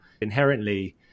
inherently